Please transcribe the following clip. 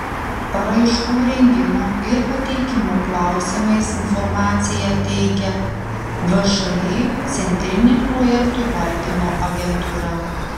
paraiškų rengimo ir pateikimo klausimais informaciją teikia všį centrinė projektų valdymo agentūra